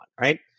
right